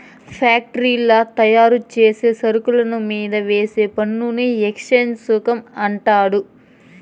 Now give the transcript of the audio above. ఫ్యాక్టరీల్ల తయారుచేసే సరుకుల మీంద వేసే పన్నుని ఎక్చేంజ్ సుంకం అంటండారు